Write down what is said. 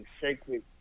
sacred